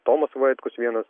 tomas vaitkus vienas